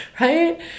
right